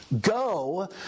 go